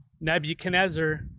Nebuchadnezzar